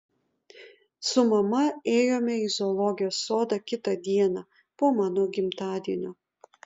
su mama ėjome į zoologijos sodą kitą dieną po mano gimtadienio